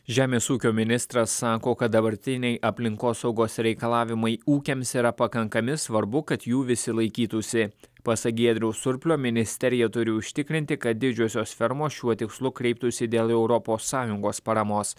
žemės ūkio ministras sako kad dabartiniai aplinkosaugos reikalavimai ūkiams yra pakankami svarbu kad jų visi laikytųsi pasak giedriaus surplio ministerija turi užtikrinti kad didžiosios fermos šiuo tikslu kreiptųsi dėl europos sąjungos paramos